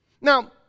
Now